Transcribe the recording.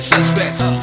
Suspects